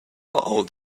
old